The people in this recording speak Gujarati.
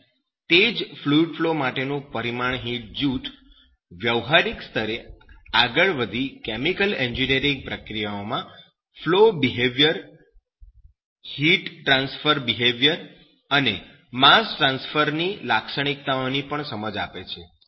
અને તે જ ફ્લૂઈડ ફ્લો માટેનું પરિમાણહીન જૂથ વ્યવહારિક સ્તરે આગળ વધી કેમિકલ એન્જિનિયરિંગ પ્રક્રિયાઓમાં flow behaviour heat transfer behaviour અને માસ ટ્રાન્સફર ની લાક્ષણિકતાઓની પણ સમજ આપે છે